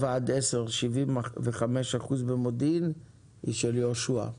7-10, 75% במודיעין היא של יהושע.